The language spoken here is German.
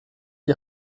die